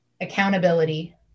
Accountability